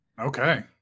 Okay